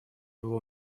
его